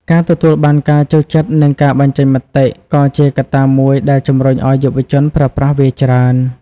ការទទួលបានការចូលចិត្តនិងការបញ្ចេញមតិ ក៏ជាកត្តាមួយដែលជំរុញឱ្យយុវជនប្រើប្រាស់វាច្រើន។